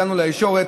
הגענו לישורת.